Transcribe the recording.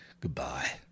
goodbye